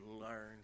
learn